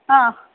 ആ